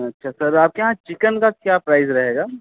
अच्छा सर आपके यहाँ चिकन का क्या प्राइज़ रहेगा